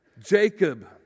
Jacob